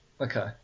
Okay